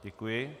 Děkuji.